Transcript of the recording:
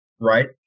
right